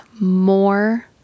more